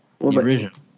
original